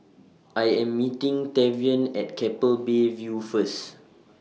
I Am meeting Tavion At Keppel Bay View First